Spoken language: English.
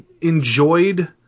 enjoyed